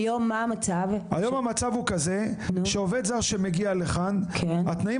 היום המצב הוא כזה שעובד זר שמגיע לכאן התנאים